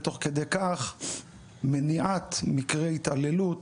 ותוך כדי כך מניעת מקרי התעללות